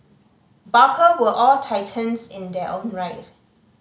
barker were all titans in their own right